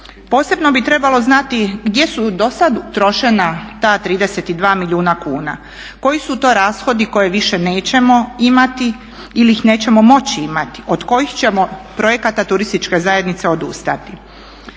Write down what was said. Posebno bi trebalo znati gdje su do sada utrošena ta 32 milijuna kuna, koji su to rashodi koje više nećemo imati ili ih više nećemo moći imati, od kojih ćemo projekata turistička zajednica odustati.